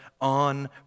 on